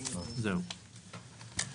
עד כאן.